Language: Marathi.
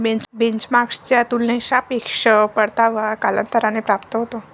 बेंचमार्कच्या तुलनेत सापेक्ष परतावा कालांतराने प्राप्त होतो